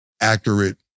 accurate